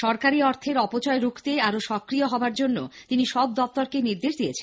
সরকারী অর্থের অপচয় রুখতে আরো সক্রিয় হবার জন্য তিনি সব দপ্তরকে নির্দেশ দিয়েছেন